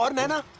naina.